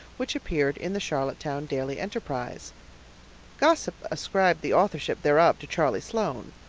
which appeared in the charlottetown daily enterprise gossip ascribed the authorship thereof to charlie sloane,